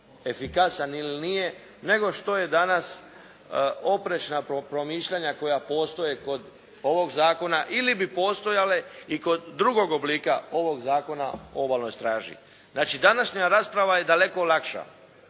efikasan ili nije nego što je danas oprečna promišljanja koja postoje kod ovog zakona ili bi postojale i kod drugog oblika ovog Zakona o obalnoj straži. Znači, današnja rasprava je daleko lakša.